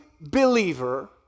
believer